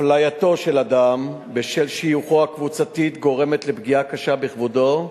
הפליית אדם בשל שיוכו הקבוצתי גורמת לפגיעה קשה בכבודו,